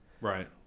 right